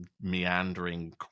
meandering